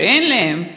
שאין להם,